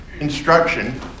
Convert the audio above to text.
instruction